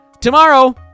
Tomorrow